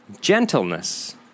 Gentleness